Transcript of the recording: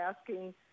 asking